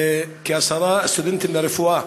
כעשרה סטודנטים לרפואה